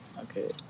Okay